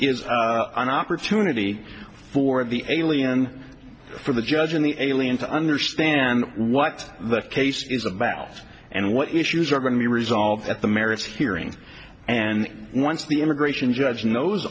is an opportunity for the alien for the judge and the alien to understand what the case is about and what issues are going to be resolved at the merits hearing and once the immigration judge knows